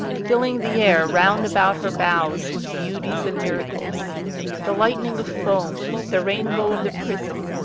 filling the air round about her bows with beauties and miracles the lightning of foam, the rainbow of the prism,